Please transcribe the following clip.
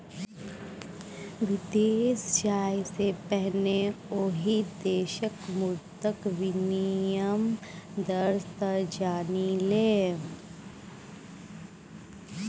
विदेश जाय सँ पहिने ओहि देशक मुद्राक विनिमय दर तँ जानि ले